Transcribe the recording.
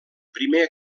primer